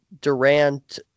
Durant